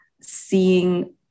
seeing